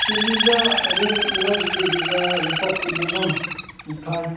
ꯀꯦꯖꯤꯗ ꯍꯧꯖꯤꯛ ꯇꯤꯜꯍꯧꯁꯤ ꯀꯦꯖꯤꯗ ꯂꯨꯄꯥ ꯀꯨꯟꯃꯉꯥ ꯝꯎꯛ ꯊꯥꯏ